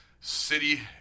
city